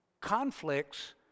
conflicts